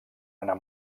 anar